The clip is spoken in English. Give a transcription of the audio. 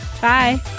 bye